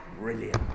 Brilliant